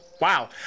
Wow